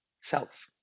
self